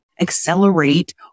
accelerate